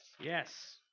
Yes